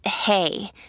hey